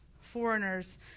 foreigners